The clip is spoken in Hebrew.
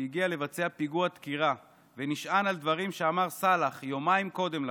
שהגיע לבצע פיגוע דקירה ונשען על דברים שאמר סלאח יומיים קודם לכן.